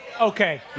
Okay